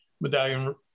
medallion